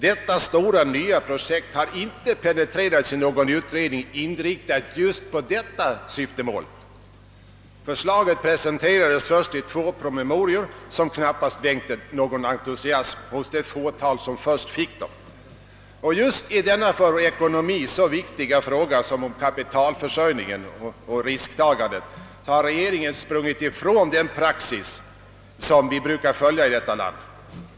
Detta stora, nya projekt har inte penetrerats i någon utredning, inriktad just på detta syftemål. Förslaget presenterades först i två promemorior, som knappast väckte någon entusiasm hos det fåtal som först fick dem. Just i en för vår ekonomi så viktig fråga som kapitalförsörjningen och 'risktagandet har regeringen sprungit ifrån den praxis som vi brukar följa i detta land.